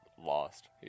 lost